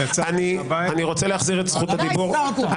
דמוקרטיה זה שלטון העם,